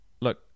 look